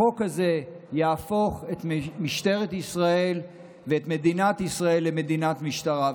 החוק הזה יהפוך את משטרת ישראל ואת מדינת ישראל למדינת משטרה,